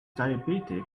diabetic